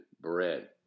bread